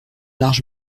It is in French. large